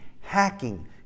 hacking